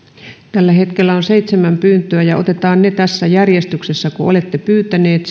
tällä hetkellä on seitsemän pyyntöä ja otetaan ne tässä järjestyksessä kuin olette pyytäneet